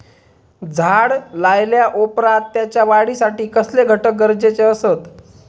झाड लायल्या ओप्रात त्याच्या वाढीसाठी कसले घटक गरजेचे असत?